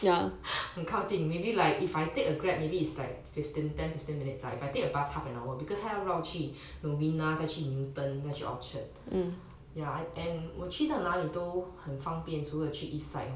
很靠近 maybe like if I take a grab maybe is like fifteen ten fifteen minutes lah if I take a bus half an hour because 他要绕去 novena 再去 newton 再去 orchard ya I and 我去到哪里都很方便除了去 east side